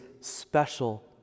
special